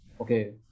Okay